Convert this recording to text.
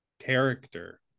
character